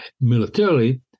militarily